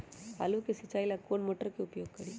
आलू के सिंचाई ला कौन मोटर उपयोग करी?